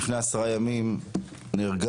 לפני עשרה ימים נהרגה